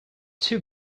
too